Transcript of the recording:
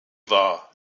war